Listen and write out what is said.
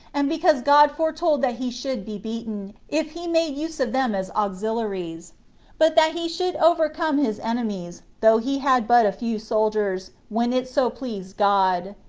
and because god foretold that he should be beaten, if he made use of them as auxiliaries but that he should overcome his enemies, though he had but a few soldiers, when it so pleased god.